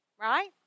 Right